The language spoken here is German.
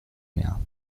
mehr